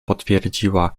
potwierdziła